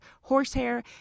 horsehair